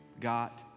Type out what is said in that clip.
got